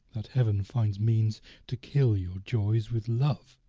that heaven finds means to kill your joys with love!